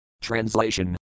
Translation